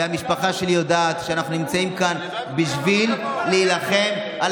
המשפחה שלי יודעת שאנחנו נמצאים כאן בשביל להילחם על